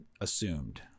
assumed